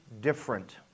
different